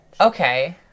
Okay